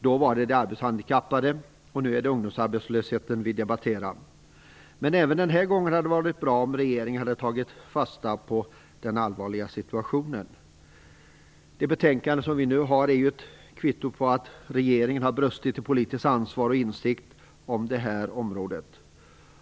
Då gällde det de arbetshandikappade, nu är det ungdomsarbetslösheten vi debatterar. Även den här gången hade det varit bra om regeringen hade tagit fasta på den allvarliga situationen. Det betänkande vi nu har uppe till behandling är ju ett kvitto på att regeringen har brustit i politiskt ansvar och insikt om det här området.